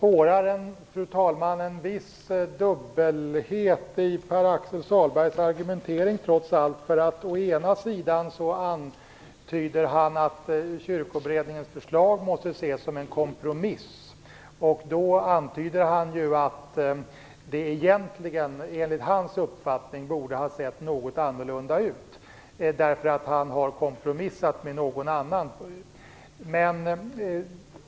Fru talman! Jag spårar trots allt en viss dubbelhet i Å ena sidan antyder han att Kyrkoberedningens förslag måste ses som en kompromiss. Då antyder han att det egentligen, enligt hans uppfattning, borde ha sett något annorlunda ut - han har kompromissat med någon annan.